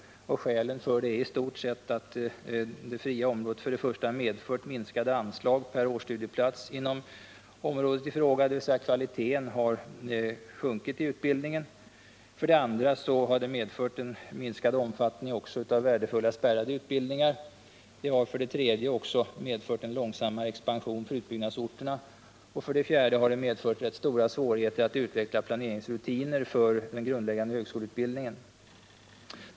67 Skälen till detta är i stort sett att det fria området 1. medfört minskade anslag per årsstudieplats inom området i fråga; dvs. kvaliteten i utbildningen har sjunkit, 3. medfört långsammare expansion för utbyggnadsorterna och 4. medfört stora svårigheter att utveckla planeringsrutiner för den grundläggande högskoleutbildningen.